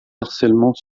harcèlement